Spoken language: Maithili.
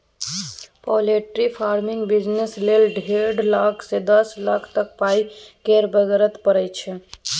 पाउलट्री फार्मिंगक बिजनेस लेल डेढ़ लाख सँ दस लाख तक पाइ केर बेगरता परय छै